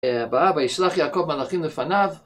הבאה וישלח יעקב מלאכים לפניו